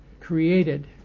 created